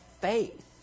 faith